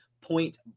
point